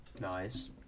Nice